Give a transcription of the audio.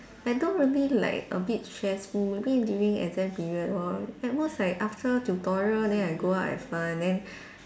like don't really like a bit stressful maybe during exam period lor at most like after tutorial then I go out have fun then